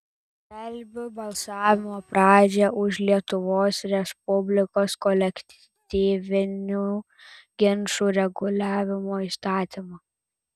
skelbiu balsavimo pradžią už lietuvos respublikos kolektyvinių ginčų reguliavimo įstatymą